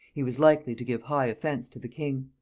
he was likely to give high offence to the king.